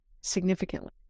significantly